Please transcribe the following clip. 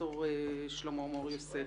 פרופסור שלמה מור יוסף.